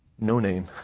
no-name